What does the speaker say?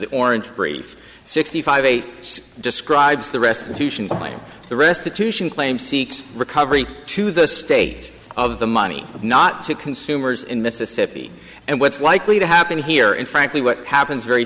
the orange brief sixty five eight describes the restitution claim the restitution claim seeks recovery to the state of the money not to consumers in mississippi and what's likely to happen here in frankly what happens very